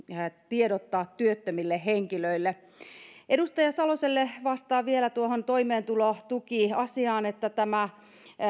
tiedottaa työttömille henkilöille edustaja saloselle vastaan vielä tuohon toimeentulotukiasiaan että tämä